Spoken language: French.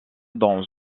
dans